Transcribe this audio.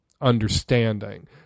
understanding